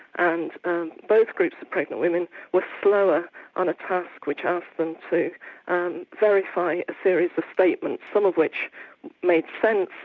and both groups of pregnant women were slower on a task which asked them to um verify a series of statements, some of which made sense,